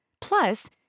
Plus